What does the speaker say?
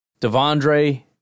Devondre